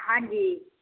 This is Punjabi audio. ਹਾਂਜੀ